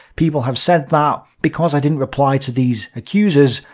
people have said that, because i didn't reply to these accusers,